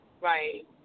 Right